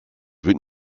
wird